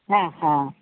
ആ ആ